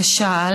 קשה,